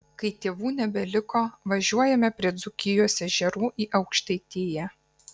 kai tėvų nebeliko važiuojame prie dzūkijos ežerų į aukštaitiją